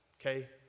Okay